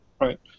right